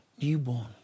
Newborn